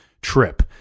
trip